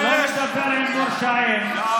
לא מדבר עם מורשעים.